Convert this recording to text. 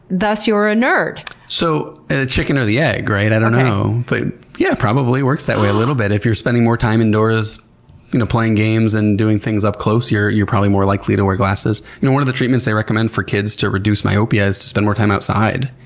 thus, you're a nerd. so ah the chicken or the egg, right? i don't know. but yeah, probably works that way a little bit. if you're spending more time indoors you know playing games and doing things up close, you're you're probably more likely to wear glasses. one of the treatments they recommend for kids to reduce myopia is to spend more time outside.